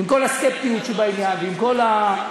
עם כל הסקפטיות שבעניין ועם כל החשש,